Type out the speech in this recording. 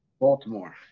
Baltimore